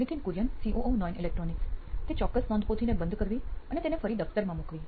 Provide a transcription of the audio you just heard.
Nithin Kurian COO નોઇન electronics તે ચોક્કસ નોંધપોથીને બંધ કરવી અને તેને ફરી દફ્તરમાં મુકવી